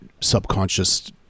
subconscious